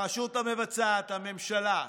הרשות המבצעת, הממשלה,